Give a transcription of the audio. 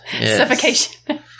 Suffocation